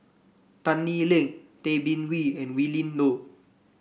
Tan Lee Leng Tay Bin Wee and Willin Low